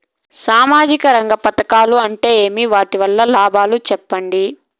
సామాజిక రంగం పథకాలు అంటే ఏమి? వాటి వలన లాభాలు సెప్పండి?